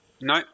No